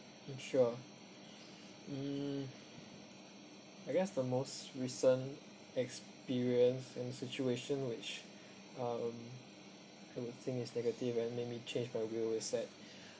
you sure mm I guess the most recent experience and situation which um I would think is negative and make me change my will is that